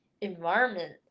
environment